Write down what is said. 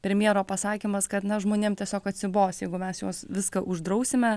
premjero pasakymas kad na žmonėm tiesiog atsibos jeigu mes juos viską uždrausime